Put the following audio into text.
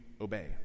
obey